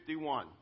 51